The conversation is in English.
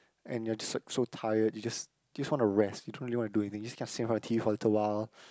and you're just like so tired you just just want to rest you don't really want to do anything you just keep on sitting in front of the t_v for a little while